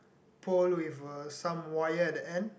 pole with uh some wire at the end